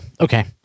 Okay